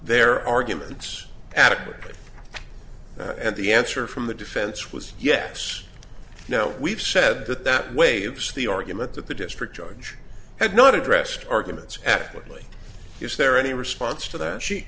their arguments adequately and the answer from the defense was yes now we've said that that waives the argument that the district judge had not addressed arguments absolutely is there any response to that she